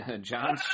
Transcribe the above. John